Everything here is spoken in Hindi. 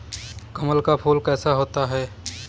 कमल का फूल कैसा होता है?